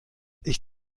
ich